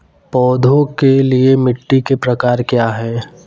पौधों के लिए मिट्टी के प्रकार क्या हैं?